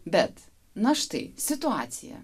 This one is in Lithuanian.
bet na štai situacija